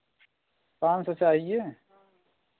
पाँच सौ चाहिए